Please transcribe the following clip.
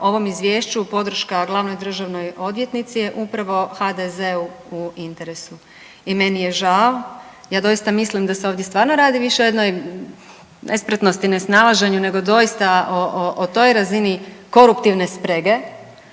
ovom izvješću, podrška glavnoj državnoj odvjetnici je upravo HDZ-u u interesu. I meni je žao, ja doista mislim da se ovdje stvarno radi više o jednoj nespretnosti, ne snalaženju nego doista o toj razini koruptivne sprege,